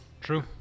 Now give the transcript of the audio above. True